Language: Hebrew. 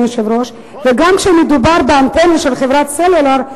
וגם כאשר מדובר באנטנה של חברת סלולר,